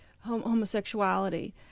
homosexuality